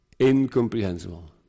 Incomprehensible